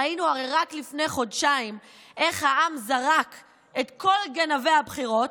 ראינו הרי רק לפני חודשיים איך העם זרק את כל גנבי הבחירות,